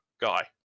guy